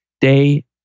day